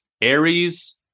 Aries